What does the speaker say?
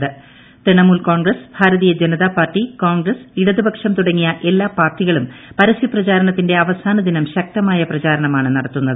ത്രിണമുൽ ് കോൺഗ്രസ് ഭാരതീയ ജനതാ പാർട്ടി ് കോൺഗ്രസ് ഇടതുപക്ഷം തുടങ്ങിയ എല്ലാ പാർട്ടികളും പരസ്യപ്രചാരണത്തിന്റെ അവസാന ദിനം ശക്തമായ പ്രചാരണമാണ് നടത്തുന്നത്